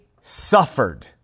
suffered